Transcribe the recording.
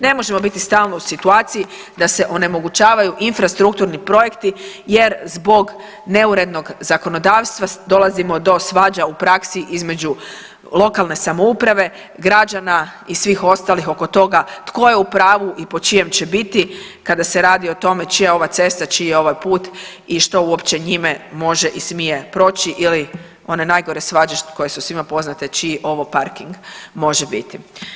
Ne možemo biti stalno u situaciju da se onemogućavaju infrastrukturni projekti jer zbog neurednog zakonodavstva dolazimo do svađa u praksi između lokalne samouprave, građana i svih ostalih oko toga tko je u pravu i po čijem će biti kada se radi o tome čija je ova cesta, čiji je ovaj put i što uopće njime može i smije proći ili one najgore svađe koje su svima poznate, čiji ovo parking može biti.